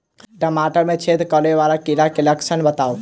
टमाटर मे छेद करै वला कीड़ा केँ लक्षण बताउ?